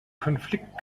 konflikt